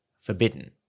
forbidden